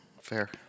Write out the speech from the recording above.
fair